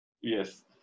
Yes